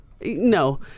no